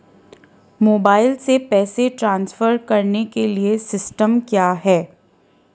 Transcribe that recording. Mobile से पैसे transfer करने के लिए सिस्टम क्या है?